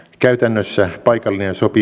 käytännössä paikan ja sopi